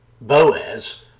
Boaz